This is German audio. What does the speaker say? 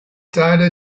teile